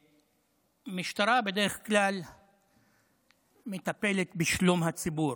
משטרה בדרך כלל מטפלת בשלום הציבור.